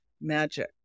magic